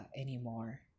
anymore